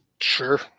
Sure